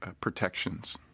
protections